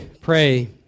pray